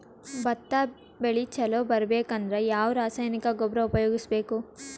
ಭತ್ತ ಬೆಳಿ ಚಲೋ ಬರಬೇಕು ಅಂದ್ರ ಯಾವ ರಾಸಾಯನಿಕ ಗೊಬ್ಬರ ಉಪಯೋಗಿಸ ಬೇಕು?